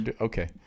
okay